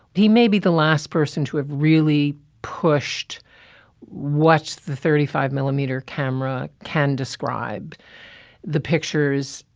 he may be the last person to have really pushed watch the thirty five millimeter camera can describe the pictures,